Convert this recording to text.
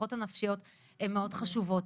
ההשלכות הנפשיות הן מאוד חשובות.